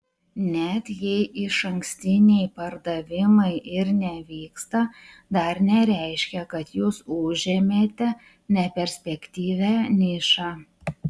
net jei išankstiniai pardavimai ir nevyksta dar nereiškia kad jūs užėmėte neperspektyvią nišą